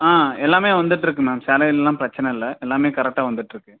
ஆ எல்லாமே வந்துட்யிருக்கு மேம் சேலரிலாம் பிரச்சனை இல்லை எல்லாமே கரெட்டாக வந்துகிட்டு இருக்கு